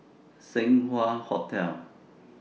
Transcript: Seng Wah Hotel